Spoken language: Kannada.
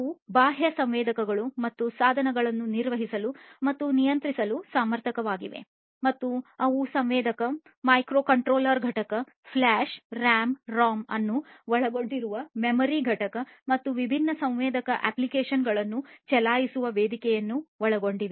ಅವು ಬಾಹ್ಯ ಸಂವೇದಕಗಳು ಮತ್ತು ಸಾಧನಗಳನ್ನು ನಿರ್ವಹಿಸಲು ಮತ್ತು ನಿಯಂತ್ರಿಸಲು ಸಮರ್ಥವಾಗಿವೆ ಮತ್ತು ಅವು ಸಂವೇದಕ ಮೈಕ್ರೊಕಂಟ್ರೋಲರ್ ಘಟಕ ಫ್ಲ್ಯಾಷ್ RAM ROM ಅನ್ನು ಒಳಗೊಂಡಿರುವ ಮೆಮೊರಿ ಘಟಕ ಮತ್ತು ವಿಭಿನ್ನ ಸಂವೇದಕ ಅಪ್ಲಿಕೇಶನ್ಗಳನ್ನು ಚಲಾಯಿಸುವ ವೇದಿಕೆಯನ್ನು ಒಳಗೊಂಡಿರುತ್ತವೆ